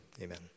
Amen